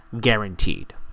guaranteed